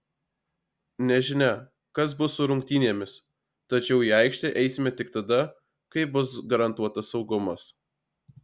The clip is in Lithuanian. nežinia kas bus su rungtynėmis tačiau į aikštę eisime tik tada kai bus garantuotas saugumas